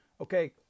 Okay